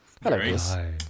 Hello